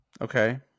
Okay